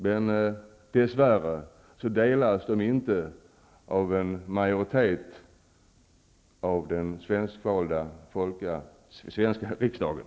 Men dess värre delas de inte av en majoritet i den svenska riksdagen.